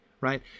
Right